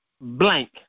blank